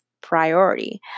priority